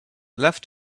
left